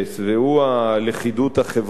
והוא הלכידות החברתית